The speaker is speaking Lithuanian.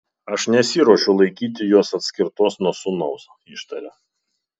aš nesiruošiu laikyti jos atskirtos nuo sūnaus ištaria